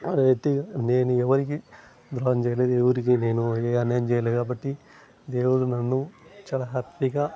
అదైతే నేను ఎవరికీ ద్రోహం చెయ్యలేదు ఎవరికీ నేను ఏ అన్యాయం చెయ్యలేదు కాబట్టి దేవుడు నన్ను చాలా హ్యాపీగా